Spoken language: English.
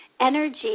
energy